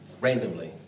randomly